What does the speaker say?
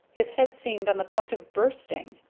his head seemed on the point of bursting.